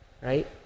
right